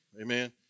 amen